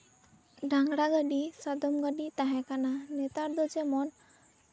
ᱰᱟᱝᱨᱟ ᱜᱟᱹᱰᱤ ᱥᱟᱫᱚᱢ ᱜᱟᱹᱰᱤ ᱛᱟᱦᱮᱸ ᱠᱟᱱᱟ ᱱᱮᱛᱟᱨ ᱫᱚ ᱡᱮᱢᱚᱱ